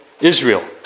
Israel